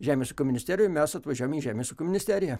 žemės ūkio ministerijoj mes atvažiuojame į žemės ūkio ministeriją